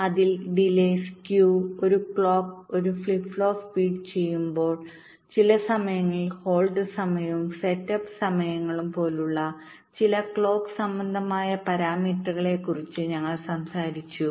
അതിനാൽ delay skew ഒരു clock ഒരു ഫ്ലിപ്പ് ഫ്ലോപ്പ് ഫീഡ് ചെയ്യുമ്പോൾdelay skew and when a clock feeds a flip flopചില സമയങ്ങളിൽ ഹോൾഡ് സമയവുംസെറ്റപ്പ് സമയങ്ങളുംപോലുള്ള ചില ക്ലോക്ക് സംബന്ധമായ പരാമീറ്ററുകളെക്കുറിച്ച് ഞങ്ങൾ സംസാരിച്ചു